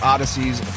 Odyssey's